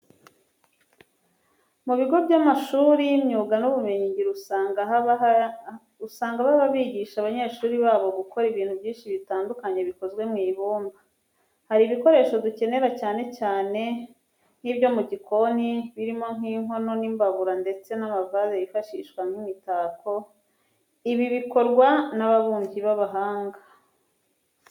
Mu bigo by'amashuri y'imyuga n'ubumenyingiro, usanga baba bigisha abanyeshuri babo gukora ibintu byinshi bitandukanye bikozwe mu ibumba. Hari ibikoresho dukenera cyane cyane nk'ibyo mu gikoni birimo nk'inkono n'imbabura ndetse n'amavaze yifashishwa nk'imitako, ibi bikorwa n'ababumbyi b'abahanga.